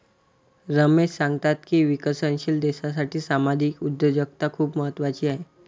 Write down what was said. रमेश सांगतात की विकसनशील देशासाठी सामाजिक उद्योजकता खूप महत्त्वाची आहे